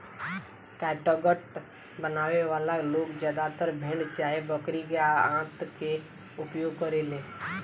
catgut बनावे वाला लोग ज्यादातर भेड़ चाहे बकरी के आंत के उपयोग करेले